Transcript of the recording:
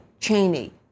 Cheney